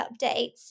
updates